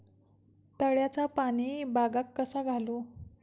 तळ्याचा पाणी बागाक कसा घालू?